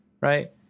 Right